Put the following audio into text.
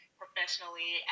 professionally